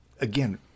Again